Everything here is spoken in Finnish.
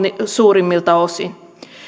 suurimmilta osin